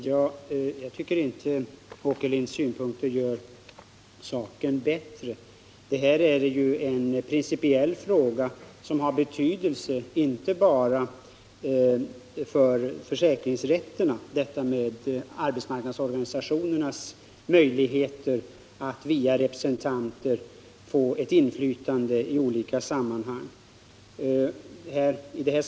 Herr talman! Jag tycker inte att Allan Åkerlinds senaste inlägg gör saken bättre. Det här är en principiell fråga, som har betydelse inte bara för försäkringsrätterna — nämligen frågan om arbetsmarknadsorganisationernas möjligheter att via representanter få ett inflytande i olika sammanhang.